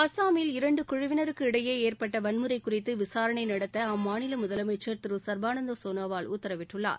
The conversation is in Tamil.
அஸ்ஸாமில் இரண்டு குழுவினருக்கு இடையே ஏற்பட்ட வன்முறை குறித்து விசாரணை நடத்த அம்மாநில முதலமைச்சர் திரு சர்பானந்த சோனாவால் உத்தரவிட்டுள்ளார்